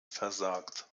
versagt